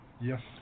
yes